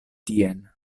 tien